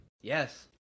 Yes